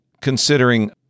considering